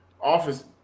office